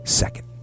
second